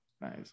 nice